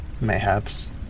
Mayhaps